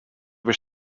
were